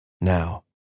Now